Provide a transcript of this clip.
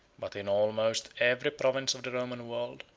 but in almost every province of the roman world,